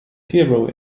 hero